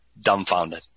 dumbfounded